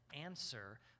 answer